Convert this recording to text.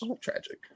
tragic